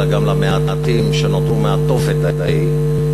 אלא גם למעטים שנותרו מהתופת ההוא.